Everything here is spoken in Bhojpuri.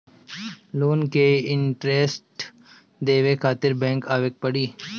लोन के इन्टरेस्ट देवे खातिर बैंक आवे के पड़ी?